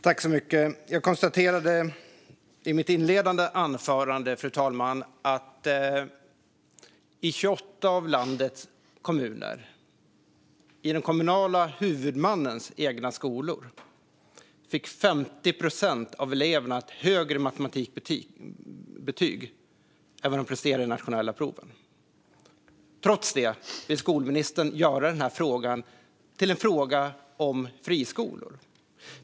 Fru talman! Som jag konstaterade i mitt inledande anförande: I 28 av landets kommuner fick 50 procent av eleverna i den kommunala huvudmannens egna skolor högre matematikbetyg än vad de presterade i de nationella proven. Trots det vill skolministern göra den här frågan till en fråga om friskolor.